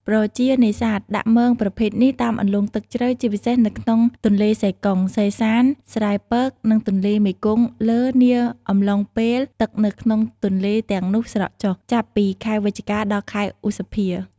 ប្រជានេសាទ ដាក់មងប្រភេទនេះ តាមអន្លង់ទឹកជ្រៅ ជាពិសេសនៅក្នុងទន្លេសេកុង សេសាន ស្រែពក និងទន្លេមេគង្គលើ នាអំឡុងពេលទឹកនៅក្នុងទន្លេទាំងនោះស្រកចុះ ចាប់ពីខែវិច្ឆិកា ដល់ ខែឧសភា។